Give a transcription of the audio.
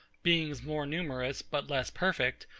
beings more numerous, but less perfect,